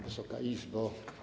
Wysoka Izbo!